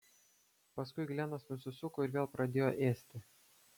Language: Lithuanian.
paskui glenas nusisuko ir vėl pradėjo ėsti